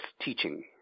teaching